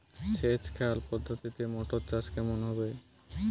সেচ খাল পদ্ধতিতে মটর চাষ কেমন হবে?